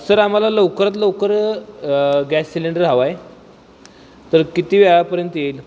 sir आम्हाला लवकरात लवकर गॅस सिलेंडर हवा आहे तर किती वेळापर्यंत येईल